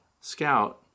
scout